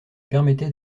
permettait